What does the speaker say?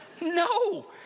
No